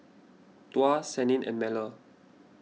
Tuah Senin and Melur